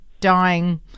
dying